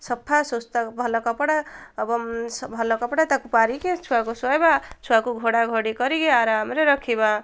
ସଫା ସୁସ୍ଥ ଭଲ କପଡ଼ା ଏବଂ ଭଲ କପଡ଼ା ତାକୁ ପାରିକି ଛୁଆକୁ ଶୁଆଇବା ଛୁଆକୁ ଘୋଡ଼ାଘୋଡ଼ି କରିକି ଆରାମରେ ରଖିବା